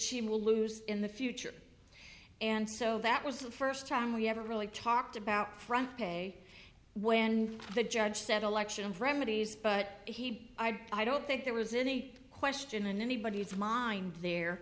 she will lose in the future and so that was the first time we ever really talked about from day when the judge said election and remedies but he i don't think there was any question in anybody's mind there